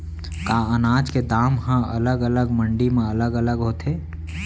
का अनाज के दाम हा अलग अलग मंडी म अलग अलग होथे?